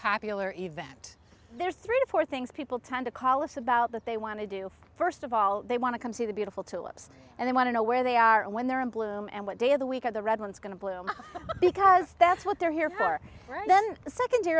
popular event there's three or four things people tend to call us about that they want to do first of all they want to come see the beautiful tulips and they want to know where they are when they're in bloom and what day of the week of the red one is going to bloom because that's what they're here for right then secondar